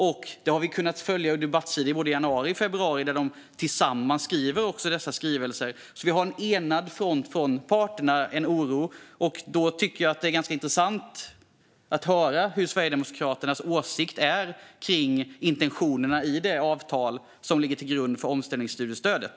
Vi har kunnat följa detta på debattsidor i både januari och februari, där de tillsammans skrivit detta. Vi ser alltså en enad front och en oro från parternas sida, och då tycker jag att det är ganska intressant att höra Sverigedemokraternas åsikt kring intentionerna i det avtal som ligger till grund för omställningsstudiestödet.